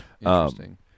Interesting